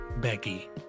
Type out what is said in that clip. Becky